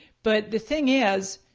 but the thing is,